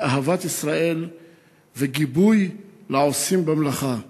באהבת ישראל ובגיבוי לעושים במלאכה.